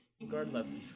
Regardless